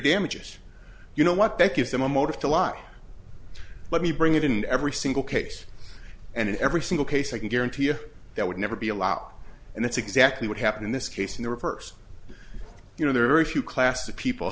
damages you know what that gives them a motive to lie let me bring it in every single case and in every single case i can guarantee you that would never be allowed and that's exactly what happened in this case in the reverse you know there are very few class of people